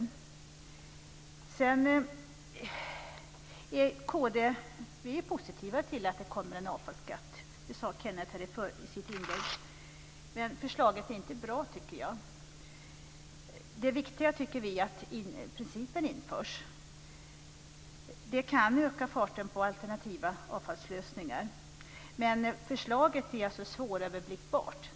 Kristdemokraterna är positiva till att det kommer en avfallsskatt. Det sade Kenneth Lantz i sitt inlägg. Men förslaget är inte bra. Det viktiga är att principen införs. Det kan öka farten när det gäller att få fram alternativa avfallslösningar. Förslaget är svåröverblickbart.